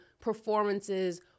performances